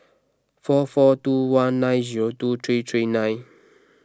four four two one nine zero two three three nine